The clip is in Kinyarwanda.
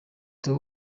theo